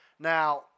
Now